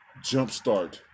jumpstart